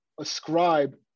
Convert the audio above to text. ascribe